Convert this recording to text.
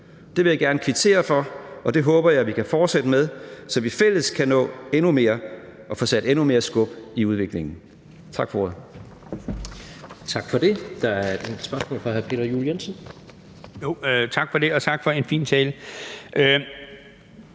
Det vil jeg gerne kvittere for, og det håber jeg vi kan fortsætte med, så vi i fællesskab kan nå endnu mere og få sat endnu mere skub i udviklingen. Tak for ordet. Kl. 16:04 Tredje næstformand (Jens Rohde): Tak for det. Der er et enkelt